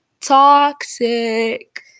toxic